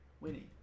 Winnie